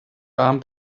abend